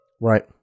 Right